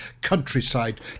Countryside